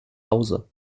hause